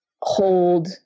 hold